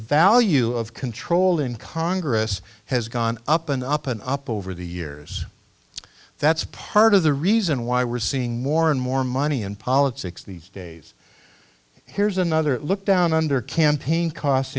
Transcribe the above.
value of control in congress has gone up and up and up over the years that's part of the reason why we're seeing more and more money in politics these days here's another look down under campaign cos